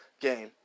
game